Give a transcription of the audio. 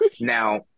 Now